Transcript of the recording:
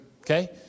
Okay